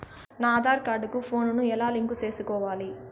నా ఆధార్ కార్డు కు ఫోను ను ఎలా లింకు సేసుకోవాలి?